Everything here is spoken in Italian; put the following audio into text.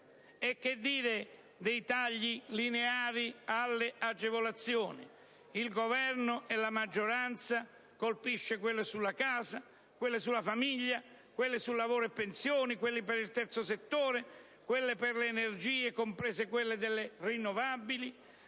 E che dire dei tagli lineari alle agevolazioni? Il Governo e la maggioranza colpiscono quelle sulla casa, quelle sulla famiglia, quelle su lavoro e pensioni, quelle per il terzo settore, quelle per le energie, rinnovabili